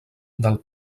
del